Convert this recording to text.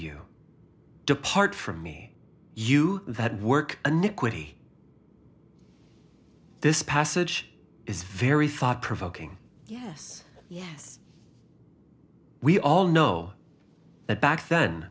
you depart from me you that work iniquity this passage is very thought provoking yes yes we all know that back then